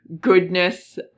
goodness